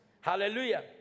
Hallelujah